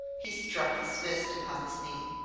he struck his fist upon his knee.